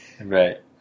Right